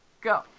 go